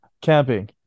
camping